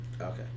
Okay